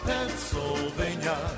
Pennsylvania